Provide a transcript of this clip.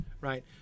right